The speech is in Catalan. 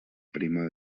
primo